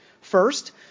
First